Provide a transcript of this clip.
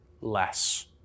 less